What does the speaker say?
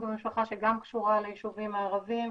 במשפחה שגם קשורה ליישובים הערביים.